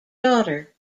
daughter